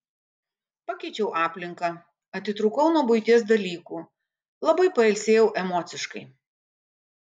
pakeičiau aplinką atitrūkau nuo buities dalykų labai pailsėjau emociškai